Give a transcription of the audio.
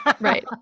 Right